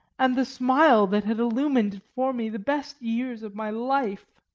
and the smile that had illumined for me the best years of my life.